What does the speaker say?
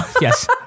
Yes